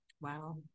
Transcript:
Wow